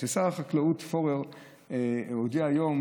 כששר החקלאות פורר הודיע היום,